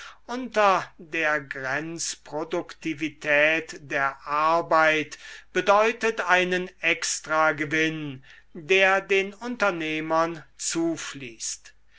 unter der grenzeugeu v böhm bawerk produktivität der arbeit bedeutet einen extragewinn der den unternehmern zufließt